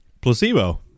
Placebo